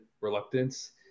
reluctance